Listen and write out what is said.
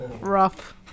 Rough